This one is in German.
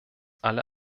alle